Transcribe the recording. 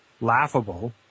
laughable